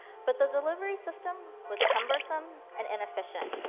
but the delivery system was cumbersome and inefficient.